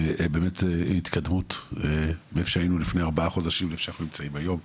באמת התקדמות מאיפה שהיינו לפני ארבעה חודשים לאיפה שאנחנו נמצאים היום.